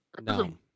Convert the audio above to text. No